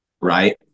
Right